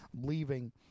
leaving